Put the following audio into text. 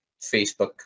facebook